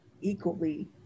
equally